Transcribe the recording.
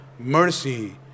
Mercy